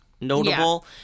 Notable